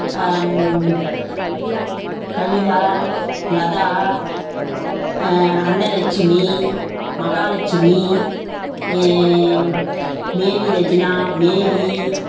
Kavitha Latha Annalakshmi Mahalakshmi Mary Regina Mary